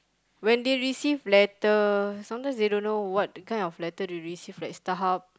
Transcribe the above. when they receive letter sometimes they don't know what kind of letter they receive like StarHub